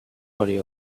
body